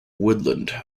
woodland